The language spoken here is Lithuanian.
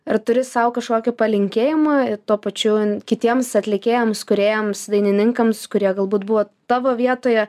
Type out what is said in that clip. ar turi sau kažkokį palinkėjimą tuo pačiu kitiems atlikėjams kūrėjams dainininkams kurie galbūt buvo tavo vietoje